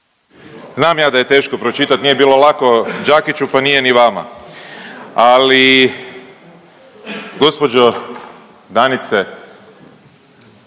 Znam ja da je teško pročitat nije bilo lako Đakiću pa nije ni vama, ali gospođo Danice